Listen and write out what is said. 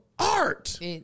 Art